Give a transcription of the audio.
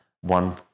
one